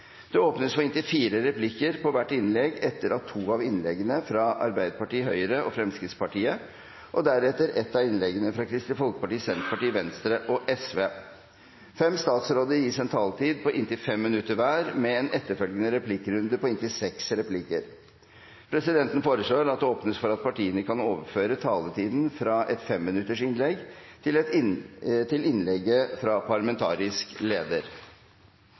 Det åpnes for inntil fire replikker på hvert innlegg etter to av innleggene fra Arbeiderpartiet, Høyre og Fremskrittspartiet og etter et av innleggene fra Kristelig Folkeparti, Senterpartiet, Venstre og Sosialistisk Venstreparti. Fem statsråder gis en taletid på inntil 5 minutter hver, med en etterfølgende replikkrunde på inntil seks replikker. Presidenten foreslår at det åpnes for at partiene kan overføre taletiden fra et femminuttersinnlegg til innlegget fra parlamentarisk leder.